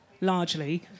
largely